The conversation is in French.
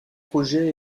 projet